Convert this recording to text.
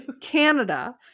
Canada